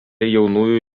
jaunųjų